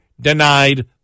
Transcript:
denied